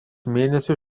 mėnesio